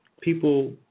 People